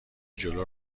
جلو